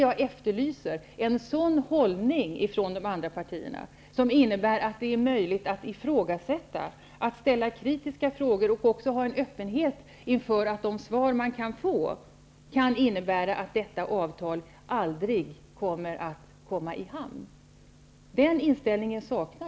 Jag efterlyser en sådan hållning från de andra partierna som innebär att det är möjligt att ifrågasätta, ställa kritiska frågor och ha en öppenhet inför att de svar man kan få kan innebära att detta avtal aldrig kommer att komma i hamn. Jag saknar den inställningen.